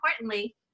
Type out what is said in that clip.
importantly